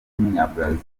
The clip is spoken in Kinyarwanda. w’umunyabrazil